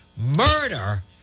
Murder